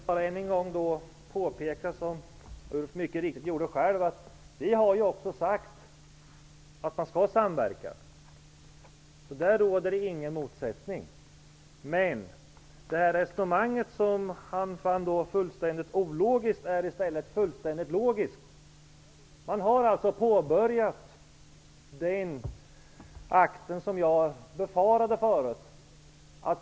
Herr talman! Jag vill bara påpeka än en gång, vilket Ulf Melin också mycket riktigt gjorde, att vi har sagt att man skall samverka. Det råder således ingen motsättning här. Det resonemang som Ulf Melin fann fullkomligt ologiskt är i stället fullkomligt logiskt. Man har påbörjat den akt som jag tidigare befarat.